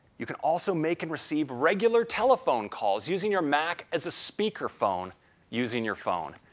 you can also make and receive regular telephone calls using your mac as a speakerphone using your phone.